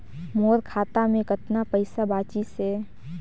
मोर खाता मे कतना पइसा बाचिस हे?